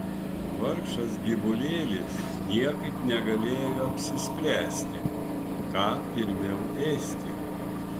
vargšas gyvulėlis niekaip negalėjo apsispręsti ką pirmiau ėsti